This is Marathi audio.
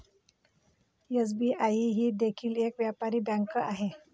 एस.बी.आई ही देखील एक व्यापारी बँक आहे